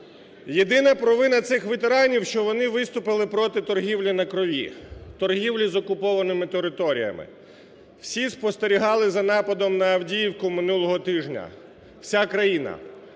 Єдина провина цих ветеранів, що вони виступили проти торгівлі на крові – торгівлі з окупованими територіями. Всі спостерігали за нападом на Авдіївку минулого тижня, вся країна,